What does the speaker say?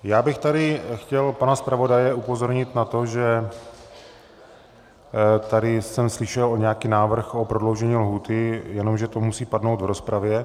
Já bych tady chtěl pana zpravodaje upozornit na to, že tady jsem slyšel nějaký návrh o prodloužení lhůty, jenže to musí padnout v rozpravě.